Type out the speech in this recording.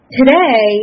today